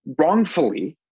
wrongfully